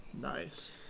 nice